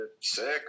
sick